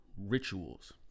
rituals